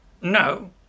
No